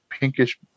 pinkish